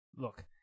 Look